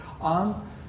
on